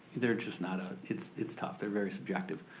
they're just not, ah it's it's tough. they're very subjective.